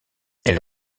elle